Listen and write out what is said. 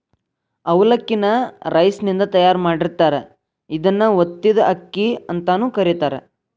ಅವಲಕ್ಕಿ ನ ರಾ ರೈಸಿನಿಂದ ತಯಾರ್ ಮಾಡಿರ್ತಾರ, ಇದನ್ನ ಒತ್ತಿದ ಅಕ್ಕಿ ಅಂತಾನೂ ಕರೇತಾರ